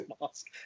mask